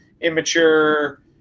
immature